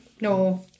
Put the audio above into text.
No